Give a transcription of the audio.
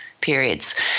periods